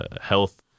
health